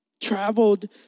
Traveled